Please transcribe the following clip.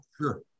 Sure